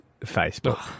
Facebook